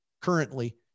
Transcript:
currently –